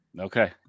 Okay